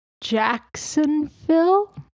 Jacksonville